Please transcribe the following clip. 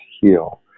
heal